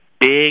big